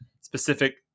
specific